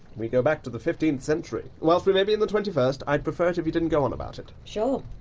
we go back to the fifteenth century. whilst we may be in the twenty first, i'd prefer it if you didn't go on about it. sure.